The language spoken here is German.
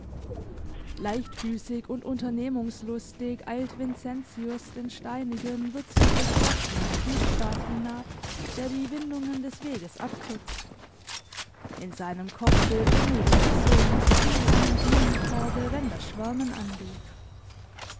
leichtfüßig und unternehmungslustig eilt vincentius den steinigen wurzeldurchflochtenen fußpfad hinab der die windungen des weges abkürzt in seinem kopfe wimmelt's und summt's wie in einem bienenkorbe wenn das schwärmen angeht